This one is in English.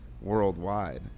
worldwide